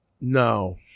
No